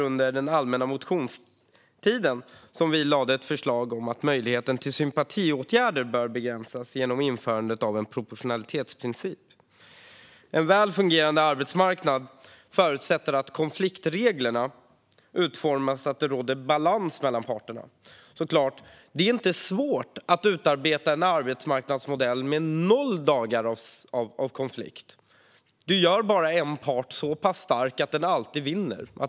Under allmänna motionstiden lade vi fram ett förslag om att möjligheten till sympatiåtgärder bör begränsas genom införandet av proportionalitetsprincip. En väl fungerande arbetsmarknad förutsätter att konfliktreglerna utformas så att det råder balans mellan parterna. Det är inte svårt att utarbeta en arbetsmarknadsmodell med noll dagar av konflikt. Man gör bara en part så stark att den alltid vinner.